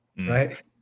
Right